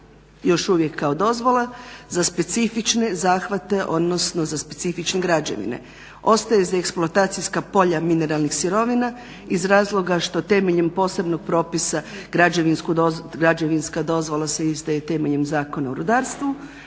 još uvijek kao dozvola za specifične zahvate odnosno za specifične građevine, ostaje za eksploatacijska polja mineralnih sirovina iz razloga što temeljem posebnog propisa građevinska dozvola se izdaje temeljem Zakona o rudarstvu,